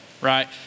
right